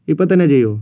ഇപ്പോൾത്തന്നെ ചെയ്യുമോ